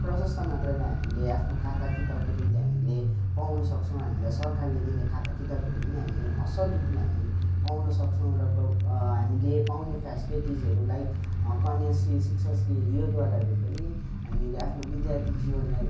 प्रसस्त मात्राले हामीले आफ्नो खाताकिताबको निम्ति हामीले पाउनसक्छौँ हामीलाई सरकारले दिने खाताकिताबहरू पनि हामी असल रीतिले हामी पाउनसक्छौँ र प्र हामीले पाउने फेसिलिटिसहरू लाइक कन्याश्री शिक्षाश्री योद्वाराहरू पनि हामीले आफ्नो विद्यार्थी जीवनलाई